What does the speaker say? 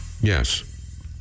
Yes